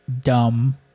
dumb